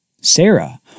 Sarah